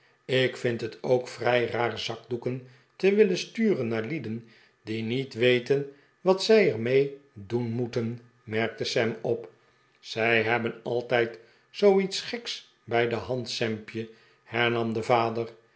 ik vind het ook vrij raar zakdoeken te willen sturen naar lieden die niet weten wat zij er mee doen moeten merkte sam op zij hebben altijd zooiets geks bij de hand sampje hernam de vader